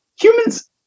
humans